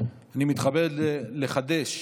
אני מתכבד לחדש